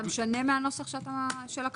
אתה משנה מן הנוסח של הכחול?